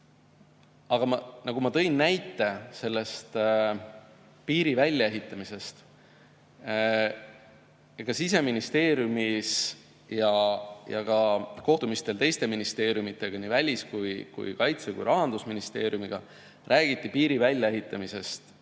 Aga nagu ma tõin näite sellest piiri väljaehitamisest. Ega Siseministeeriumis ja ka kohtumistel teiste ministeeriumidega, nii Välis‑, Kaitse‑ kui ka Rahandusministeeriumiga räägiti piiri väljaehitamisest